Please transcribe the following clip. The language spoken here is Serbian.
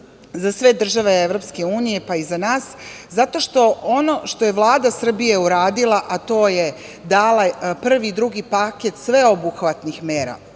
za sve države EU, pa i za nas? Zato što ono što je Vlada Srbije uradila, a to je da je dala prvi i drugi paket sveobuhvatnih mera,